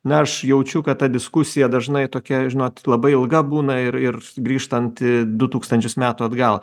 na aš jaučiu kad ta diskusija dažnai tokia žinot labai ilga būna ir ir grįžtant į du tūkstančius metų atgal